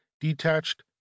detached